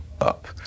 up